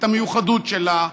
את המיוחדות שלה,